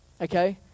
okay